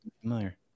familiar